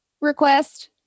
request